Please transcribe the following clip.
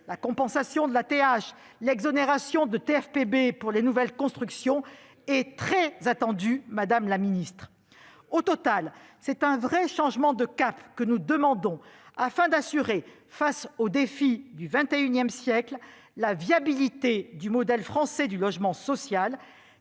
foncière sur les propriétés bâties (TFPB) pour les nouvelles constructions sont très attendues, madame la ministre. Au total, c'est un véritable changement de cap que nous demandons, afin d'assurer, face aux défis du XXI siècle, la viabilité du modèle français de logement social,